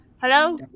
Hello